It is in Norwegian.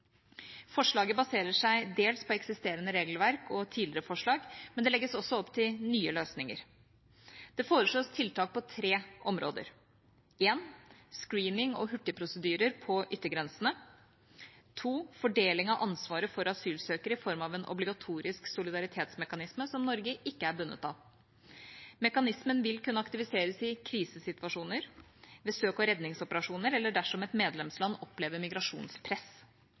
Forslaget baserer seg dels på eksisterende regelverk og tidligere forslag, men det legges også opp til nye løsninger. Det foreslås tiltak på tre områder: 1. Screening og hurtigprosedyrer på yttergrensene. 2. Fordeling av ansvaret for asylsøkere i form av en obligatorisk solidaritetsmekanisme, som Norge ikke er bundet av. Mekanismen vil kunne aktiveres i krisesituasjoner, ved søk- og redningsoperasjoner eller dersom et medlemsland opplever migrasjonspress.